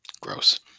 Gross